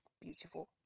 beautiful